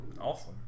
Awesome